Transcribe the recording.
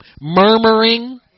murmuring